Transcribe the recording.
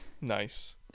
Nice